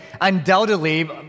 undoubtedly